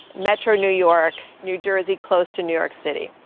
metro, new york, new jersey, close to new york city.